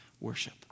worship